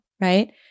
right